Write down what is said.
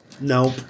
Nope